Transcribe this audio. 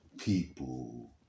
People